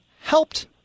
helped –